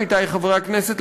עמיתי חברי הכנסת,